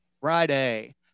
friday